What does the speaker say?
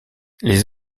les